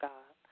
God